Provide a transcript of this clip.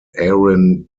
aaron